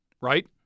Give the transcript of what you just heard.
right